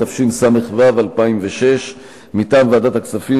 התשס"ו 2006. מטעם ועדת הכספים,